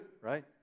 right